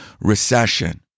recession